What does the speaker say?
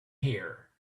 here